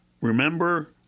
Remember